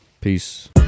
peace